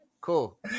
Cool